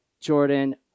Jordan